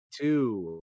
two